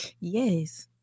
yes